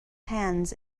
hands